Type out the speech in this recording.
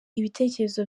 ibitekerezo